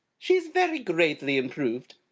she is very greatly improved.